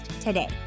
today